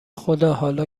خدا، حالا